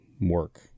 work